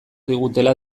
digutela